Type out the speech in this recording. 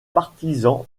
partisan